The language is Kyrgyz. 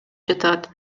жатат